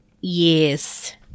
Yes